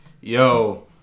yo